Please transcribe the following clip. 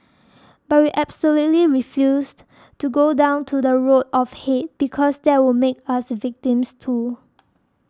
but we absolutely refused to go down to the road of hate because that would make us victims too